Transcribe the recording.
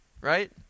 right